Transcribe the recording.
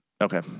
Okay